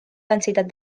densitat